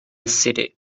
city